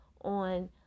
on